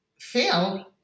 fail